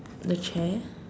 the chair